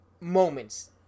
moments